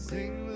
Sing